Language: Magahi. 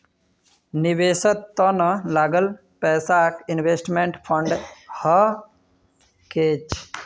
निवेशेर त न लगाल पैसाक इन्वेस्टमेंट फण्ड कह छेक